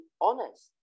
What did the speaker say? honest